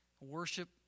worship